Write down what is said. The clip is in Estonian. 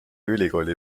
ülikooli